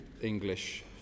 English